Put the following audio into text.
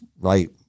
right